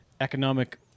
economic